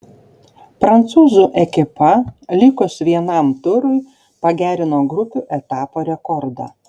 prancūzų ekipa likus vienam turui pagerino grupių etapo rekordą